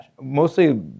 mostly